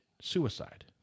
suicide